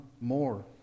more